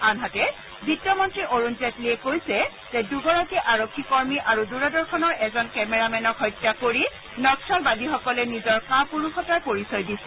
আনহাতে বিত্তমন্ত্ৰী অৰুণ জেটলীয়ে কৈছে যে দুগৰাকী আৰক্ষী কৰ্মী আৰু দূৰদৰ্শনৰ এজন কেমেৰামেনক হত্যা কৰি নক্সালবাদীসকলে নিজৰ কাপুৰুষতাৰ পৰিচয় দিছিল